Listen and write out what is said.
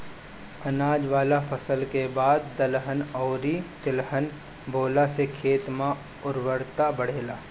अनाज वाला फसल के बाद दलहन अउरी तिलहन बोअला से खेत के उर्वरता बढ़ेला